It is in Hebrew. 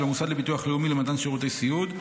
המוסד לביטוח לאומי למתן שירותי סיעוד,